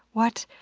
what?